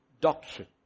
doctrine